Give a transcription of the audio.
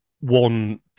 one